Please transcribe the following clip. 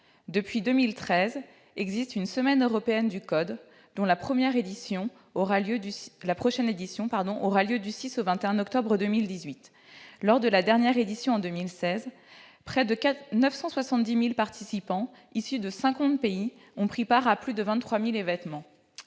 Depuis 2013 existe une semaine européenne du code, dont la prochaine édition aura lieu du 6 au 21 octobre 2018. Lors de la dernière édition en 2016, près de 970 000 participants issus de cinquante pays ont pris part à plus de 23 000 événements.